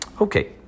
Okay